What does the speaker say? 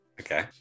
Okay